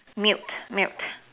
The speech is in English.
mute mute